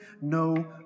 no